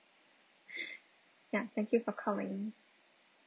ya thank you for calling